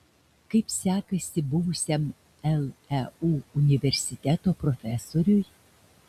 kaip sekasi buvusiam leu universiteto profesoriui